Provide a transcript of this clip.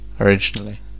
originally